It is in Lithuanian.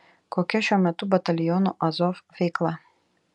kokia šiuo metu bataliono azov veikla